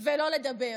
ולא לדבר